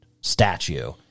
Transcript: statue